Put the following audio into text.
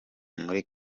muri